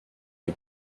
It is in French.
est